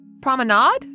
Promenade